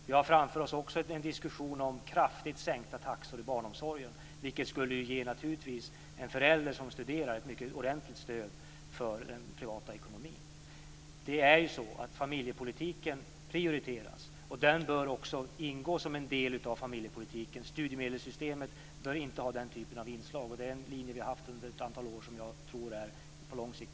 Vi har också framför oss en diskussion om kraftigt sänkta taxor i barnomsorgen, vilket naturligtvis skulle ge en förälder som studerar ett ordentligt stöd för den privata ekonomin. Familjepolitiken prioriteras alltså, och den här frågan bör också ingå som en del i familjepolitiken. Studiemedelssystemet bör inte ha den typen av inslag; det är en linje vi har haft under ett antal år och som jag tror är mycket bra på lång sikt.